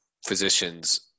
physicians